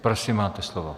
Prosím, máte slovo.